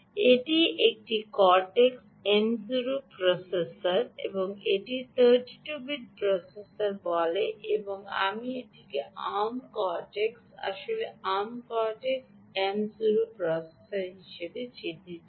এটি একটি কর্টেক্স এম0 প্রসেসর এবং এটি 32 বিট প্রসেসর বলে এবং এটি একটি আর্ম কর্টেক্স আসলে আর্ম কর্টেক্স এম0 প্রসেসর